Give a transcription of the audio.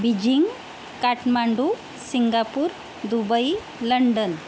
Beijing Kathmandu Singapore Dubai London